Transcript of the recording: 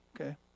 Okay